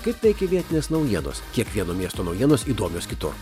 kaip veikia vietinės naujienos kiekvieno miesto naujienos įdomios kitur